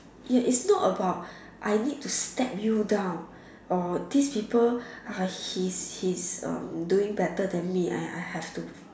ya it's not about I need to step you down or these people he he's um doing better than me I I have to